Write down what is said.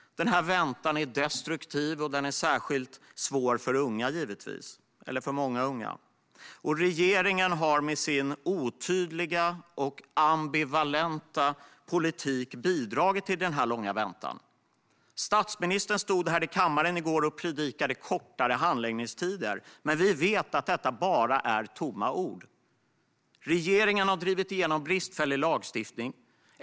Denna väntan är destruktiv, och den är givetvis särskilt svår för många unga. Regeringen har med sin otydliga och ambivalenta politik bidragit till denna långa väntan. Statsministern stod här i kammaren i går och predikade kortare handläggningstider. Men vi vet att detta bara är tomma ord. Regeringen har drivit igenom bristfällig lagstiftning.